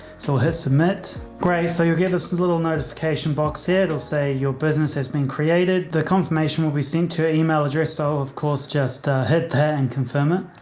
so her submit gray so you give us a little notification box said or say your business has been created. the confirmation will be sent to email address. so of course, just head there and confirm it.